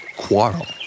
quarrel